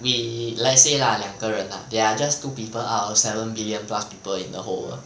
we let's say lah 两个人 lah there are just two people out of seven billion plus people in the whole world